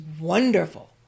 wonderful